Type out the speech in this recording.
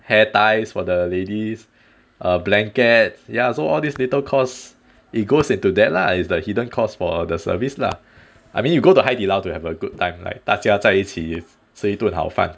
hair ties for the ladies err blankets ya so all these little costs it goes into that lah is the hidden costs for the service lah I mean you go to 海底捞 to have a good time like 大家在一起吃一顿好饭